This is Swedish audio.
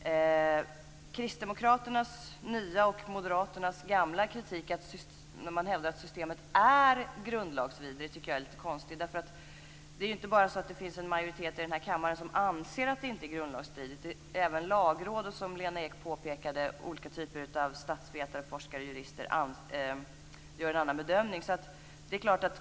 Kristdemokraternas nya och Moderaternas gamla kritik, att systemet är grundlagsvidrigt, tycker jag är lite konstig. Det är ju inte bara så att det i denna kammare finns en majoritet som anser att det inte är grundlagsstridigt. Även Lagrådet, som Lena Ek påpekade, och olika typer av statsvetare, forskare och jurister gör en annan bedömning.